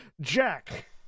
jack